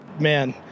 man